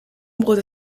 membres